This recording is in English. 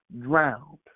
drowned